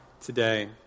today